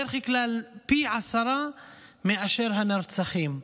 בדרך כלל, פי עשרה מאשר הנרצחים.